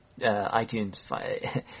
iTunes